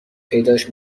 پیداش